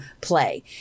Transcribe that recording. play